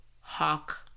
hawk